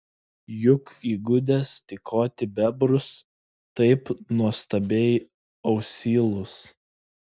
juk įgudęs tykoti bebrus taip nuostabiai ausylus